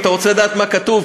אם אתה רוצה לדעת מה כתוב,